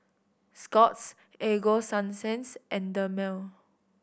Scott's Ego Sunsense and Dermale